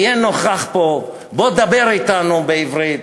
תהיה נוכח פה, בוא דבר אתנו בעברית.